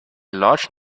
large